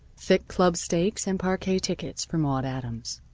thick club steaks, and parquet tickets for maude adams.